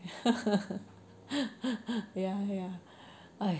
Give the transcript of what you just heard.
ya ya !haiya!